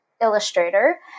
illustrator